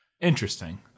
Interesting